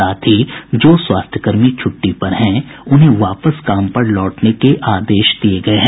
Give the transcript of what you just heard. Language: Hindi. साथ ही जो स्वास्थ्य कर्मी छुट्टी पर हैं उन्हें वापस काम पर लौटने के आदेश दिये गये हैं